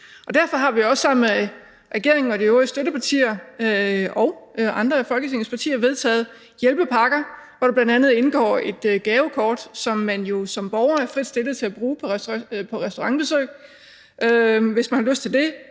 Derfor har vi også sammen med regeringen og de øvrige støttepartier og andre af Folketingets partier vedtaget hjælpepakker, hvor der bl.a. indgår et gavekort, som man jo som borger er frit stillet til at bruge på restaurantbesøg, hvis man har lyst til det.